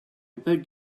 beg